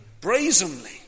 brazenly